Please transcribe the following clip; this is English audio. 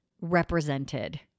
represented